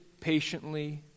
patiently